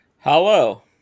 Hello